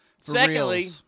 Secondly